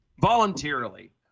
voluntarily –